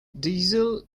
diesel